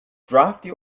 drafty